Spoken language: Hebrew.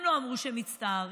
הם לא אמרו שהם מצטערים,